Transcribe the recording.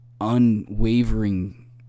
unwavering